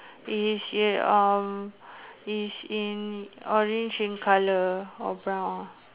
it's um it's in orange in colour or brown